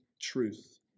truth